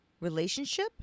relationship